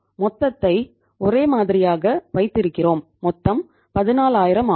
மொத்தத்தை ஒரே மாதிரியாக வைத்திருக்கிறோம் மொத்தம் 14000 ஆகும்